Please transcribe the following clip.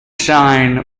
shine